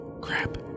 Crap